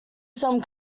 some